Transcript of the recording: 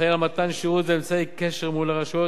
אחראית למתן שירות ואמצעי קשר מול הרשויות